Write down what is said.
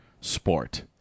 sport